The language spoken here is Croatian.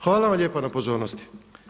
Hvala vam lijepa na pozornosti.